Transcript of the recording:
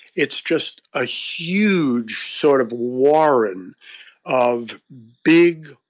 it's just a huge sort of warren of big,